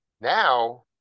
now